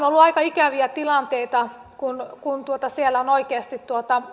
ollut aika ikäviä tilanteita kun kun siellä on oikeasti